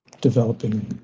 developing